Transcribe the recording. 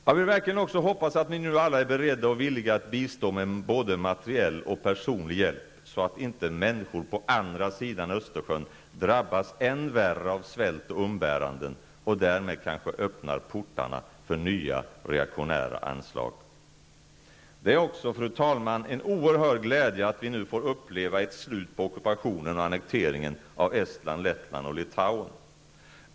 Jag vill verkligen också hoppas att vi nu alla är beredda och villiga att bistå med både materiell och personlig hjälp, så att inte människor på andra sidan Östersjön drabbas än värre av svält och umbäranden och därmed kanske öppnar portarna för nya reaktionära anslag. Det är också, fru talman, en oerhörd glädje att vi nu får uppleva ett slut på ockupationen och annekteringen av Estland, Lettland och Litauen.